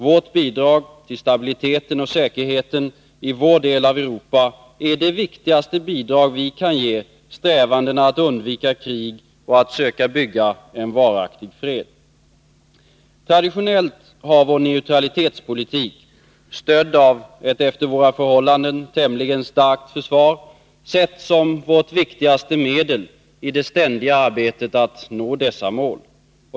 Vårt bidrag till stabiliteten och säkerheten i vår del av Europa är det viktigaste bidrag vi kan ge strävandena att undvika krig och att söka bygga en varaktig fred. Traditionellt har vår neutralitetspolitik, stödd av ett efter våra förhållan den tämligen starkt försvar, setts som vårt viktigaste medel i det ständiga arbetet att nå dessa mål.